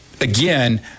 again